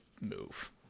move